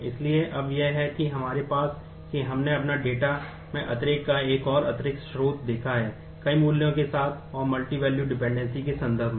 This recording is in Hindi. इसलिए अब यह है कि हमारे पास है कि हमने अपने डेटा के संदर्भ में